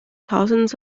thousands